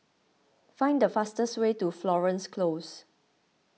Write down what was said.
find the fastest way to Florence Close